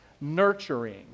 Nurturing